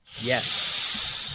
Yes